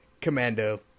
Commando